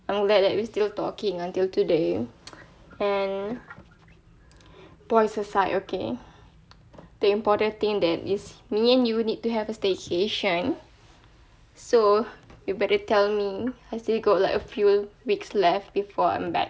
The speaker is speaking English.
I'm glad that we still talking until today and boys aside okay the important thing that is me and you need to have a staycation so you better tell me I still got like a few weeks left before I'm back